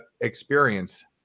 experience